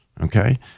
Okay